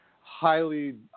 highly